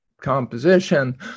composition